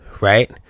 right